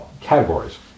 categories